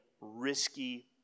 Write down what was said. risky